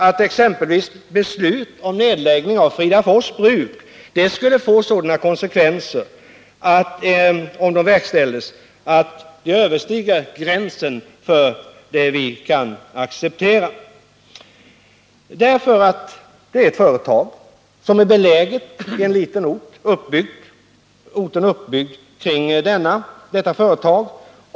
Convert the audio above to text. att exempelvis beslut om nedläggning av Fridafors Bruk skulle få sadana konsekvenser om det verkställdes att problemen skulle överskrida gränsen för det vi kan acceptera. Det är ett företag som är beläget i en liten ort. Orten är uppbyggd kring företaget.